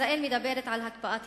ישראל מדברת על הקפאת התנחלויות,